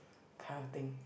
kind of thing